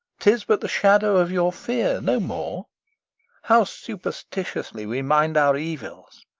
tis but the shadow of your fear, no more how superstitiously we mind our evils!